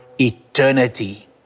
eternity